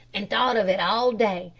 an' thought of it all day,